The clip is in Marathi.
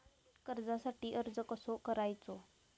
कर्जासाठी अर्ज कसो करायचो?